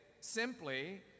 simply